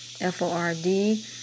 f-o-r-d